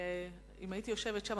אם הייתי יושבת שם,